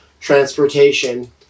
transportation